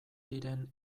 diren